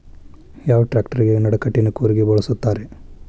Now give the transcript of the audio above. ಯಾವ ಟ್ರ್ಯಾಕ್ಟರಗೆ ನಡಕಟ್ಟಿನ ಕೂರಿಗೆ ಬಳಸುತ್ತಾರೆ?